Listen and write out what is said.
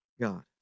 God